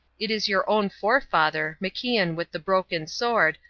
it is your own forefather, macian with the broken sword,